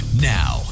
Now